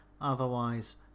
Otherwise